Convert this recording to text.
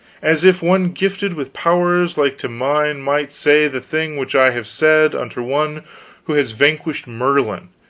as if one gifted with powers like to mine might say the thing which i have said unto one who has vanquished merlin,